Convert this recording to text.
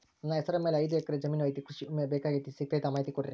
ನನ್ನ ಹೆಸರ ಮ್ಯಾಲೆ ಐದು ಎಕರೆ ಜಮೇನು ಐತಿ ಕೃಷಿ ವಿಮೆ ಬೇಕಾಗೈತಿ ಸಿಗ್ತೈತಾ ಮಾಹಿತಿ ಕೊಡ್ರಿ?